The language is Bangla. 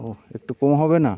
ওহ একটু কম হবে না